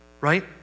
right